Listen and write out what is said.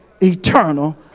eternal